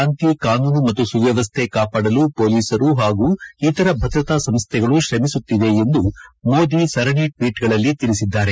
ಶಾಂತಿ ಕಾನೂನು ಮತ್ತು ಸುವ್ನವಸ್ಥೆ ಕಾಪಾಡಲು ಪೊಲೀಸರು ಹಾಗೂ ಇತರ ಭದ್ರತಾ ಸಂಸ್ಲೆಗಳು ಶ್ರಮಿಸುತ್ತಿವೆ ಎಂದು ಮೋದಿ ಸರಣಿ ಟ್ನೀಟ್ಗಳಲ್ಲಿ ತಿಳಿಸಿದ್ದಾರೆ